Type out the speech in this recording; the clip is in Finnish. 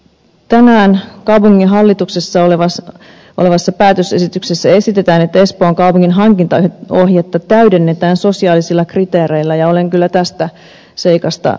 tänään kaupunginhallituksessa olevassa päätösesityksessä esitetään että espoon kaupungin hankintaohjetta täydennetään sosiaalisilla kriteereillä ja olen kyllä tästä seikasta ylpeä